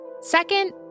Second